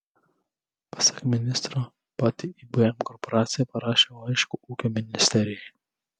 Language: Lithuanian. pasak ministro pati ibm korporacija parašė laišką ūkio ministerijai